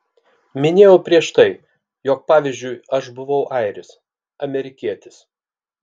minėjau prieš tai jog pavyzdžiui aš buvau airis amerikietis